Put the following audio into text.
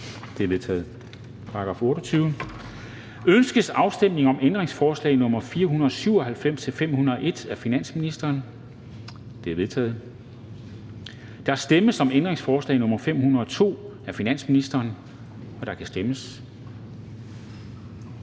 er forkastet. Ønskes afstemning om ændringsforslag nr. 468 af finansministeren? Det er vedtaget. Der stemmes om ændringsforslag nr. 469 af finansministeren, og der kan stemmes.